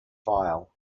file